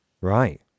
Right